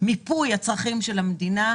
למיפוי הצרכים של המדינה.